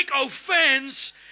offense